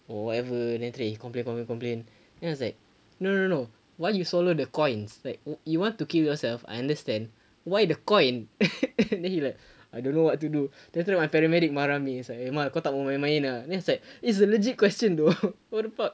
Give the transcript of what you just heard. or whatever then after that he complained complained complained then I was like no no no why you swallow the coins like you you want to kill yourself I understand why the coin then he like I don't know what to do then after that my paramedic marah me he's like eh abang kau tak boleh main main then I was like it's a legit question though what the fuck